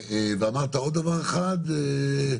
ואמרת עוד דבר אחד.